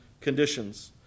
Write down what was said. conditions